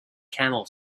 camel